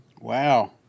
Wow